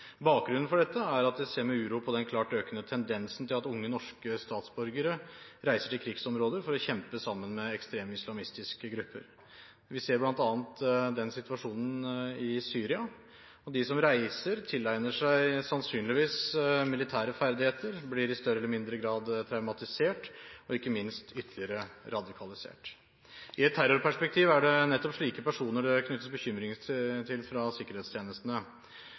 Bakgrunnen for dette er at jeg ser med uro på den klart økende tendensen til at unge norske statsborgere reiser til krigsområder for å kjempe sammen med ekstreme islamistiske grupper. Vi ser bl.a. situasjonen i Syria. De som reiser, tilegner seg sannsynligvis militære ferdigheter, blir i større eller mindre grad traumatisert og ikke minst ytterligere radikalisert. I et terrorperspektiv er det nettopp slike personer det knyttes bekymringer til fra sikkerhetstjenestene.